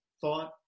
thought